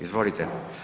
Izvolite.